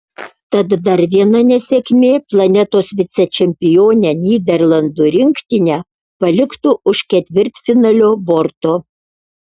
tad dar viena nesėkmė planetos vicečempionę nyderlandų rinktinę paliktų už ketvirtfinalio borto